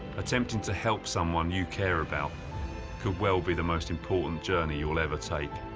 attempting to help someone you care about could well be the most important journey you will ever take.